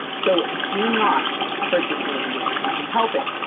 so do not purchase one of these, if you can help it!